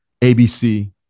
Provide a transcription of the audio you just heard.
ABC